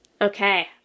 Okay